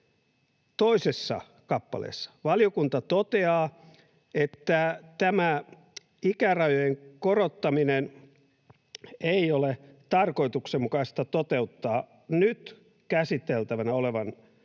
toisessa kappaleessa valiokunta toteaa, että tätä ikärajojen korottamista ei ole tarkoituksenmukaista toteuttaa nyt käsiteltävänä olevassa